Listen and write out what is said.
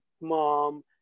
mom